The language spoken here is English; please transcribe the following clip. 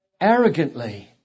arrogantly